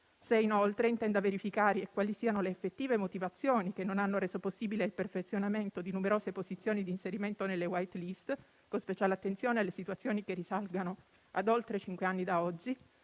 se, inoltre, intenda verificare quali siano le effettive motivazioni che non hanno reso possibile il perfezionamento di numerose posizioni di inserimento nelle *white list*, con speciale attenzione alle situazioni che risalgono ad oltre cinque anni da oggi